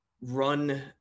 run